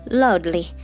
loudly